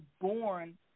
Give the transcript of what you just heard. born